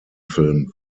film